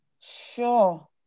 Sure